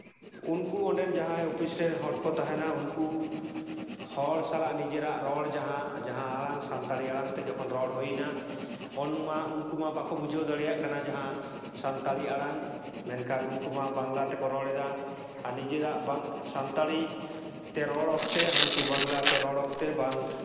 ᱩᱱᱠᱩ ᱚᱸᱰᱮᱱ ᱡᱟᱦᱟᱸᱭ ᱚᱯᱷᱤᱥ ᱨᱮᱱ ᱦᱚᱲ ᱠᱚ ᱛᱟᱦᱮᱱᱟ ᱩᱱᱠᱩ ᱦᱚᱲ ᱥᱟᱞᱟᱜ ᱱᱤᱡᱮᱨᱟᱜ ᱨᱚᱲ ᱡᱟᱦᱟᱸ ᱡᱟᱦᱟᱸ ᱟᱲᱟᱝ ᱥᱟᱱᱛᱟᱲᱤ ᱟᱲᱟᱝᱛᱮ ᱡᱚᱠᱷᱚᱱ ᱨᱚᱲ ᱦᱩᱭᱱᱟ ᱩᱱᱢᱟ ᱩᱱᱠᱩ ᱢᱟ ᱵᱟᱠᱚ ᱵᱩᱡᱷᱟᱹᱣ ᱫᱟᱲᱮᱭᱟᱜ ᱠᱟᱱᱟ ᱡᱟᱦᱟᱸ ᱥᱟᱱᱛᱟᱲᱤ ᱟᱲᱟᱝ ᱢᱮᱱᱠᱷᱟᱱ ᱩᱱᱠᱩ ᱢᱟ ᱵᱟᱝᱞᱟ ᱛᱮᱠᱚ ᱨᱚᱲ ᱮᱫᱟ ᱟᱨ ᱱᱤᱡᱮᱨᱟᱜ ᱵᱟᱝ ᱥᱟᱱᱛᱟᱲᱤ ᱛᱮ ᱨᱚᱲ ᱚᱠᱛᱮ ᱦᱟᱹᱱᱠᱩ ᱵᱟᱝᱞᱟ ᱛᱮ ᱨᱚᱲ ᱚᱠᱛᱮ ᱵᱟᱝ